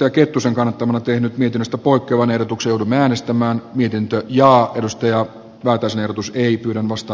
ja kettusen kannattamana tehnyt virrasta poikkeavan ehdotuksen äänestämään miten työn kannatan edustaja olga sanotusti ilmasta